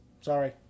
Sorry